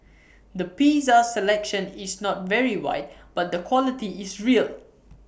the pizza selection is not very wide but the quality is real